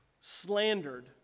slandered